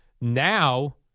Now